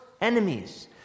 enemies